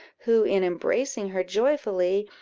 who, in embracing her joyfully,